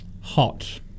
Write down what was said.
hot